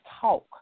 talk